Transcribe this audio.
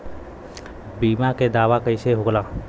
बीमा के दावा कईसे होला?